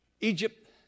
Egypt